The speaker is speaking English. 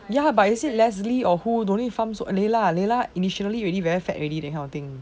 ya but you see lesley or who don't need farm so layla ah layla initially already very fat already that kind of thing